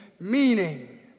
meaning